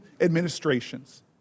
administrations